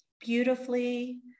beautifully